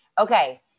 okay